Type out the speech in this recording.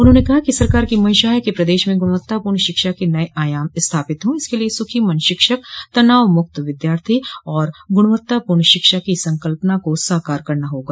उन्होंने कहा कि सरकार की मंशा है कि प्रदेश में गुणवत्तापूर्ण शिक्षा के नये आयाम स्थापित हो इसके लिए सुखी मन शिक्षक तनाव मुक्त विद्यार्थी और गुणवत्तापूर्ण शिक्षा की संकल्पना को साकार करना होगा